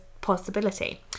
possibility